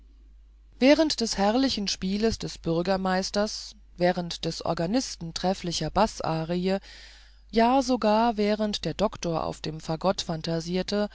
während des herrlichen spieles des bürgermeisters während des organisten trefflicher baßarie ja sogar während der doktor auf dem fagott phantasierte